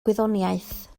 gwyddoniaeth